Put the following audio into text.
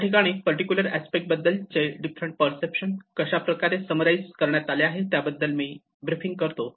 ठिकाणी particular aspect बद्दलचे different perception कशाप्रकारे समर आईज करण्यात आले त्याबद्दल मी ब्रिफिंग करतो